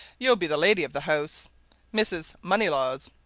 you'll be the lady of the house mrs. moneylaws.